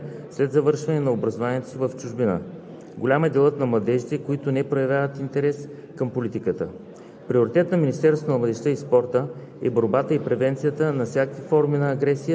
Финансирането по тази програма е в размер на 920 хил. лв. Наблюдава се тенденция към повишаване на броя на завръщащите се младежи в България след завършване на образованието си в чужбина.